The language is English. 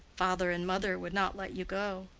father and mother would not let you go.